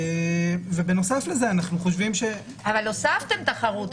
בנוסף, אנו חושבים- -- אבל הוספתם תחרות.